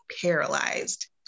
paralyzed